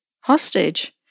hostage